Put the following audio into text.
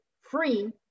free